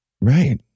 Right